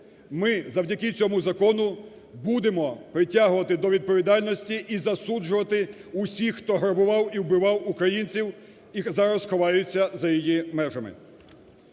ми завдяки цьому закону будемо притягувати до відповідальності і засуджувати всіх, хто грабував і вбивав українців і зараз ховається за її межами.